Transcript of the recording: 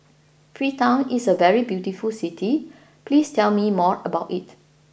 Freetown is a very beautiful city please tell me more about it